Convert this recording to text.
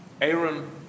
Aaron